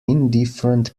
indifferent